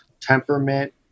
temperament